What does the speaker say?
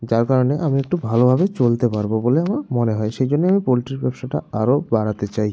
যার কারণে আমি একটু ভালোভাবে চলতে পারবো বলে আমার মনে হয় সেই জন্যেই আমি পোল্ট্রির ব্যবসাটা আরও বাড়াতে চাই